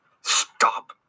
Stop